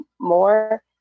more